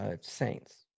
Saints